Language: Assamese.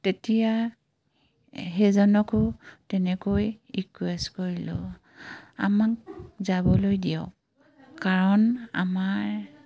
তেতিয়া সেইজনকো তেনেকৈ ৰিকুৱেষ্ট কৰিলোঁ আমাক যাবলৈ দিয়ক কাৰণ আমাৰ